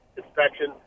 inspection